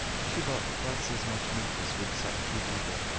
she bought thrice as much meat as would sup two people.